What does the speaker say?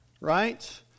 right